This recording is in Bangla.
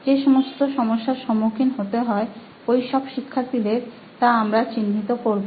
যে সমস্ত সমস্যার সম্মুখীন হতে হয় ওইসব শিক্ষার্থীদের তা আমরা চিহ্নিত করব